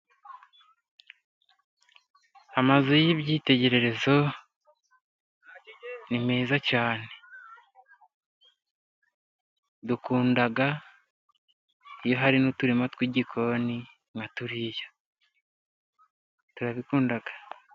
Amazu y'ibyitegererezo ni meza cyane, dukunda iyo hari n'uturima tw'igikoni nka turiya, turabikunda.